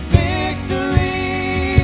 victory